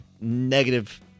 negative